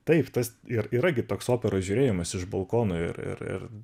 taip tas ir yra gi toks operos žiūrėjimas iš balkono ir ir ir